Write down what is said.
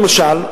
למשל,